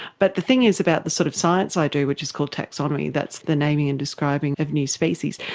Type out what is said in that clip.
but the thing is about the sort of science i do, which is called taxonomy, that's the naming and describing of new species,